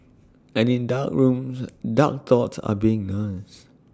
and in dark rooms dark thoughts are being nursed